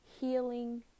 healing